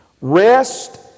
Rest